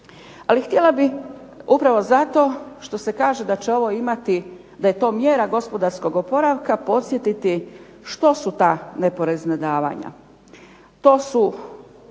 Ali htjela bih upravo zato što se kaže da je to mjera gospodarskog oporavka podsjetiti što su ta neporezna davanja.